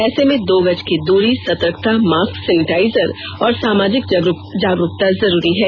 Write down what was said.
ऐसे में दो गज की दूरी सर्तकता मास्क सेनेटाइजर और सामाजिक जागरूकता जरूरी है